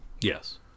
Yes